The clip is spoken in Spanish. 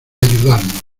ayudarnos